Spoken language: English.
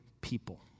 people